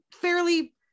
fairly